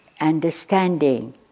understanding